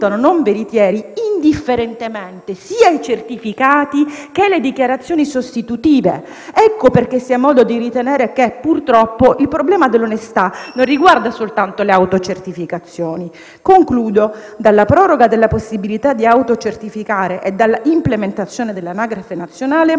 non veritieri indifferentemente sia i certificati che le dichiarazioni sostitutive. Per questo si ha modo di ritenere che purtroppo il problema dell'onestà non riguarda soltanto le autocertificazioni. Concludendo, dalla proroga della possibilità di autocertificare e dall'implementazione dell'anagrafe nazionale,